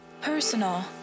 Personal